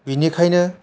बिनिखायनो